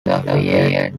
lafayette